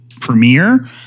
premiere